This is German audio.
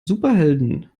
superhelden